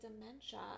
dementia